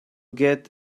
get